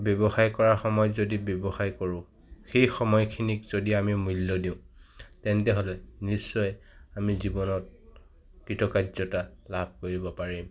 ব্যৱসায় কৰাৰ সময়ত যদি ব্যৱসায় কৰোঁ সেই সময়খিনিক যদি আমি মূল্য দিওঁ তেন্তে হ'লে নিশ্চয় আমি জীৱনত কৃতকাৰ্যতা লাভ কৰিব পাৰিম